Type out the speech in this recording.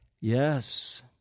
Yes